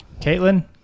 Caitlin